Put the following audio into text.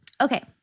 Okay